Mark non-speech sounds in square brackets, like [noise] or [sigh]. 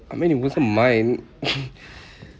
I mean it wasn't mine [breath]